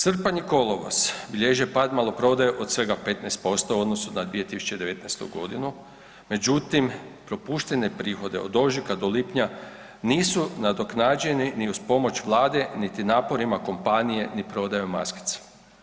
Srpanj i kolovoz bilježe pad maloprodaje od svega 15% u odnosu na 2019. godinu međutim propuštene prihode od ožujka do lipnja nisu nadoknađeni ni uz pomoć niti naporima kompanije ni prodajom maskicama.